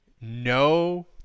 no